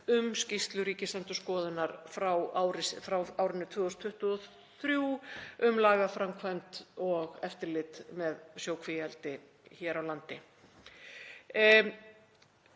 um skýrslu Ríkisendurskoðunar frá árinu 2023 um lagaframkvæmd og eftirlit með sjókvíaeldi hér á landi.